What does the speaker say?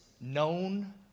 Known